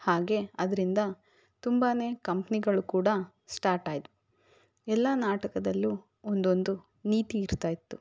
ಹಾಗೆ ಅದರಿಂದ ತುಂಬಾ ಕಂಪ್ನಿಗಳು ಕೂಡ ಸ್ಟಾರ್ಟ್ ಆಯಿತು ಎಲ್ಲ ನಾಟಕದಲ್ಲೂ ಒಂದೊಂದು ನೀತಿ ಇರ್ತಾ ಇತ್ತು